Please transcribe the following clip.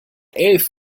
elf